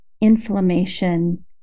inflammation